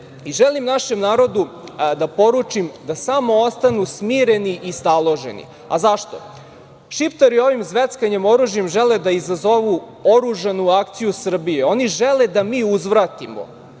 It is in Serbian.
našem narodu da poručim da smo ostanu smireni i staloženi. Zašto? Šiptari ovim zveckanjem oružjem žele da izazovu oružanu akciju Srbije. Oni žele da mi uzvratimo,